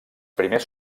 primers